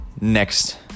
next